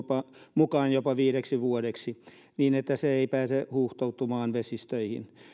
mukaan jopa viideksi vuodeksi niin että se ei pääse huuhtoutumaan vesistöihin